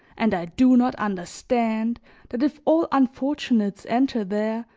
and i do not understand that if all unfortunates enter there,